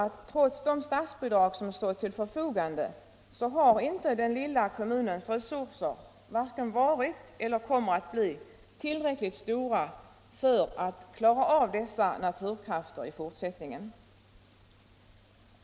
Trots de statsbidrag som står till förfogande har den lilla kommunens resurser inte varit, och kommer heller inte att bli, tillräckligt stora för att klara av dessa naturkrafter i fortsättningen.